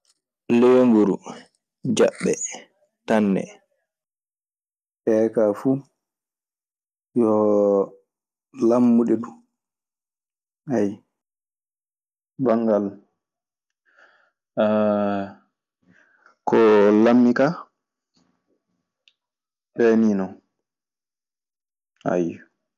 Leemburu, jaɓɓe, tanne. Ɗee kaa fuu lammuɗe duu. Banngal koo lammi kaa, ɗee nii non, ayyo.